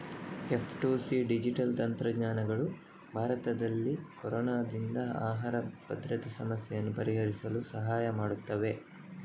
F two C digital ತಂತ್ರಜ್ಞಾನಗಳು ಭಾರತದಲ್ಲಿ ಕೊರೊನಾದಿಂದ ಆಹಾರ ಭದ್ರತೆ ಸಮಸ್ಯೆಯನ್ನು ಪರಿಹರಿಸಲು ಸಹಾಯ ಮಾಡುತ್ತವೆ